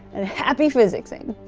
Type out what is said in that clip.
and happy physicsing.